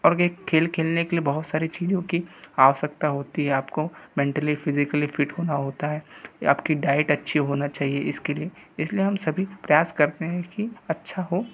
और एक खेल खेलने के लिए बहुत सारी चीज़ों की आवश्यकता होती है आपको मेंटली फिज़िकली फिट होना होता है आपकी डाइट अच्छी होना चाहिए इसके लिए इसलिए हम सभी प्रयास करते हैं कि अच्छा हो